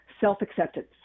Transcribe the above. self-acceptance